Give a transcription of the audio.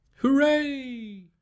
Hooray